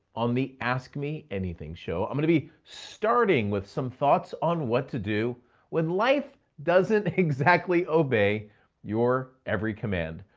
on the ask me anything show, i'm gonna be starting with some thoughts on what to do when life doesn't exactly obey your every command.